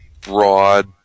broad